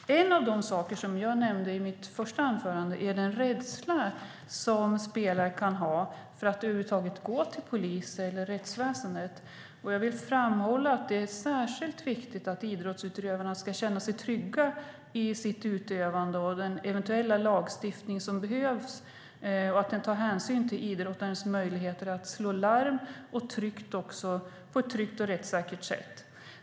En av de saker som jag nämnde i mitt första anförande är den rädsla som spelare kan ha för att över huvud taget gå till polis och rättsväsen. Jag vill framhålla att det är särskilt viktigt att idrottsutövare ska känna sig trygga i sitt utövande och att den eventuella lagstiftning som behövs tar hänsyn till idrottarens möjligheter att slå larm på ett tryggt och rättssäkert sätt.